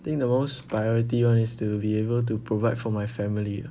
I think the most priority [one] is to be able to provide for my family